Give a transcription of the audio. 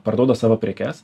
parduoda savo prekes